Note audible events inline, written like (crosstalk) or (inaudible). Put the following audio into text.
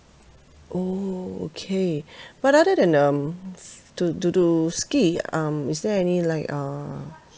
oh okay (breath) but other than um to to to ski um is there any like uh